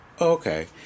Okay